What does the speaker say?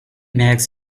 makes